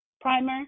primer